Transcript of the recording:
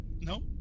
No